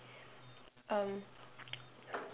um